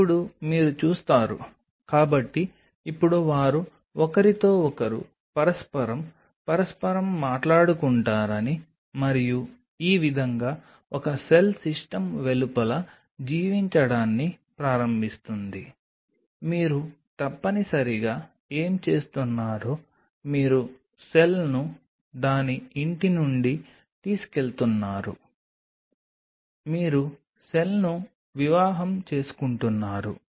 ఇప్పుడు మీరు చూస్తారు కాబట్టి ఇప్పుడు వారు ఒకరితో ఒకరు పరస్పరం పరస్పరం పరస్పరం మాట్లాడుకుంటున్నారని మరియు ఈ విధంగా ఒక సెల్ సిస్టమ్ వెలుపల జీవించడాన్ని ప్రారంభిస్తుంది మీరు తప్పనిసరిగా ఏమి చేస్తున్నారో మీరు సెల్ను దాని ఇంటి నుండి తీసుకెళుతున్నారు మీరు సెల్ను వివాహం చేసుకుంటున్నారు